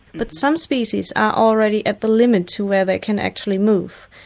but some species are already at the limit to where they can actually move,